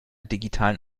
digitalen